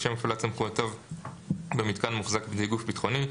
לשם הפעלת סמכויותיו במיתקן המוחזק בידי גוף ביטחוני,